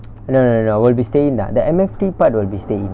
no no no no will be stay in ah the M_F_D part will be stay in